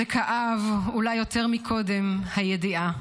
"זה כאב אולי יותר מקודם, הידיעה.